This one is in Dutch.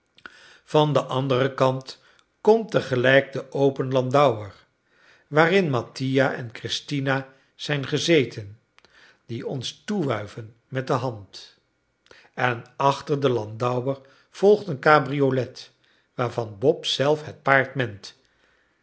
van den anderen kant komt tegelijk de open landauer waarin mattia en christina zijn gezeten die ons toewuiven met de hand en achter den landauer volgt eene cabriolet waarvan bob zelf het paard ment